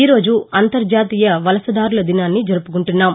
ఈరోజు అంతర్జాతీయ వలసదారుల దినాన్ని జరుపుకుంటున్నాం